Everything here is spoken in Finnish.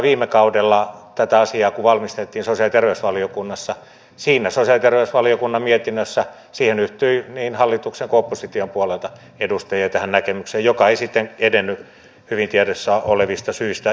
viime kaudella kun tätä asiaa valmisteltiin sosiaali ja terveysvaliokunnassa sosiaali ja terveysvaliokunnan mietinnössä yhtyi niin hallituksen kuin opposition puolelta edustajia tähän näkemykseen joka ei sitten edennyt hyvin tiedossa olevista syistä johtuen